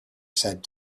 said